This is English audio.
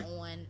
on